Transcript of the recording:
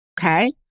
okay